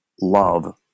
love